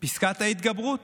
פסקת ההתגברות.